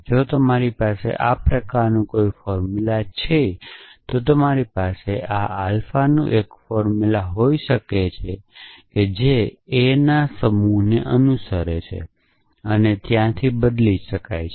જો તમારી પાસે આ પ્રકારનું કોઈ ફોર્મુલા છે તો તમારી પાસે આ પ્રકારના આલ્ફાનું એક ફોર્મુલા હોઈ શકે છે જે a ના સમૂહને અનુસરે છે ત્યાંથી બદલી શકાય છે